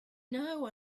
know